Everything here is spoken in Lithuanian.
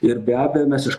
ir be abejo mes iš